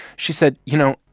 she said, you know,